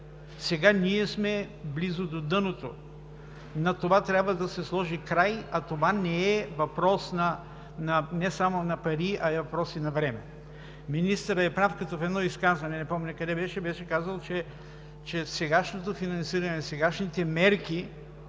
Сега ние сме близо до дъното. На това трябва да се сложи край, а това не е въпрос само на пари, въпрос е и на време. Министърът е прав, когато в едно изказване, не помня къде, беше казал, че сегашното финансиране, сегашните мерки